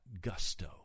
gusto